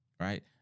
Right